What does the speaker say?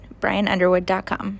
brianunderwood.com